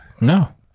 No